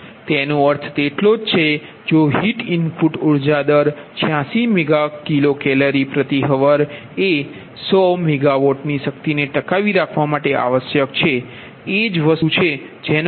તેથી તેનો અર્થ એટલો જ છે જો હીટ ઇનપુટ ઉર્જા દર 86MkCalhr એ 100MW ની શક્તિને ટકાવી રાખવા માટે આવશ્યક છે તે જ વસ્તુ છે જેનો અર્થ છે